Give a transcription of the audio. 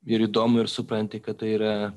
ir įdomu ir supranti kad tai yra